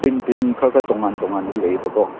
print ꯄ꯭ꯔꯤꯟ ꯈꯔ ꯈꯔ ꯇꯣꯉꯥꯟ ꯇꯣꯉꯥꯟꯕ ꯂꯩꯌꯦꯕꯀꯣ